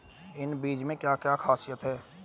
इन बीज में क्या क्या ख़ासियत है?